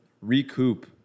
recoup